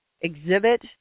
exhibit